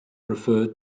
referred